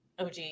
OG